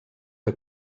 que